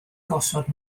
gosod